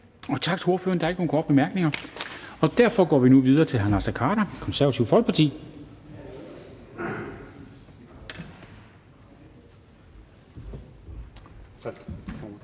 Og tak til ordføreren. Der er ikke nogen korte bemærkninger, og derfor går vi nu videre til hr. Naser Khader, Det Konservative Folkeparti.